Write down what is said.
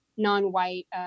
non-white